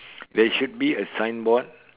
there should be a sign board